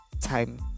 time